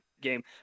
game